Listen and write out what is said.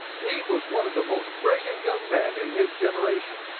he was one of the most brilliant young men in his generation.